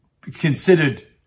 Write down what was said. considered